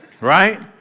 Right